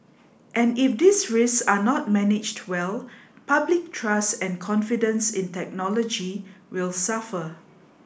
and if these risks are not managed well public trust and confidence in technology will suffer